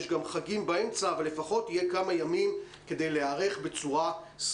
יש גם חגים באמצע אבל לפחות יהיו כמה ימים להיערכות סבירה,